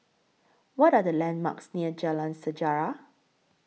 What Are The landmarks near Jalan Sejarah